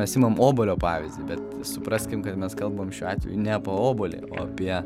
mes imam obuolio pavyzdį bet supraskim kad mes kalbam šiuo atveju ne apo obuolį o apie